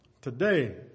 today